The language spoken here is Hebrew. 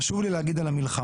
חשוב לי להגיד על המלחמה,